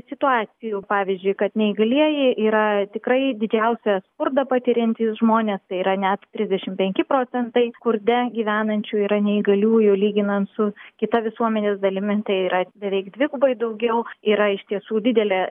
situacijų pavyzdžiui kad neįgalieji yra tikrai didžiausią skurdą patiriantys žmonės tai yra net trisdešim penki procentai skurde gyvenančių yra neįgaliųjų lyginant su kita visuomenės dalimi tai yra beveik dvigubai daugiau yra iš tiesų didelė